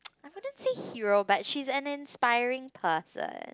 I wouldn't say hero but she's an inspiring person